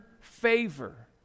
favor